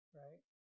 right